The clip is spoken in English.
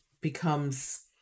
becomes